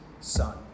Son